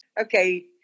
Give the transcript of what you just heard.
Okay